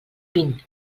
vint